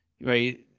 right